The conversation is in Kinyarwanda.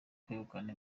kwegukana